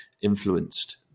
influenced